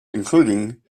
including